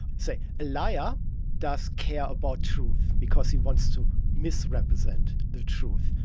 say, a liar does care about truth because he wants to misrepresent the truth.